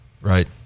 right